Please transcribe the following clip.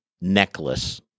necklace